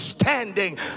standing